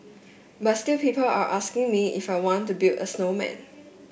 but still people are asking me if I want to build a snowman